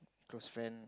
close friend